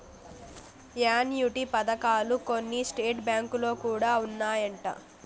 annuity పథకాలు కొన్ని state బ్యాంకులో కూడా ఉన్నాయంట